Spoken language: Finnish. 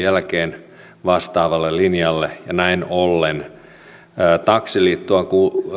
jälkeen vastaavalle linjalle ja näin ollen taksiliittoa